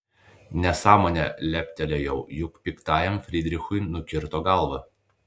nesąmonė leptelėjau juk piktajam frydrichui nukirto galvą